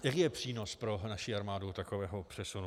Jaký je přínos pro naši armádu takového přesunu?